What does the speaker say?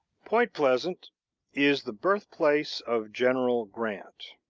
point pleasant is the birthplace of general grant.